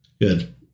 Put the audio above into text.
Good